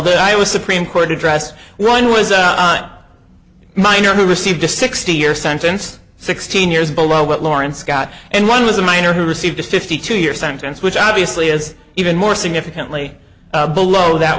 was supreme court address one was a miner who received a sixty year sentence sixteen years below what lawrence got and one was a minor who received a fifty two year sentence which obviously is even more significantly below that